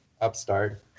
Upstart